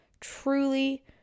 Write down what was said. truly